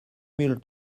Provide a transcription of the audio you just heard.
mille